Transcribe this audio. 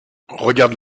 regardes